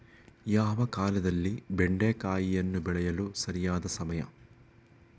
ಯಾವ ಕಾಲದಲ್ಲಿ ಬೆಂಡೆಕಾಯಿಯನ್ನು ಬೆಳೆಸಲು ಸರಿಯಾದ ಸಮಯ?